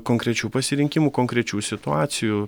konkrečių pasirinkimų konkrečių situacijų